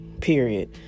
period